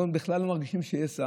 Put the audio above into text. לא מרגישים בכלל שיש שר.